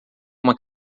uma